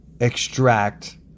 extract